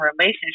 relationship